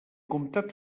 comtat